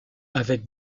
avec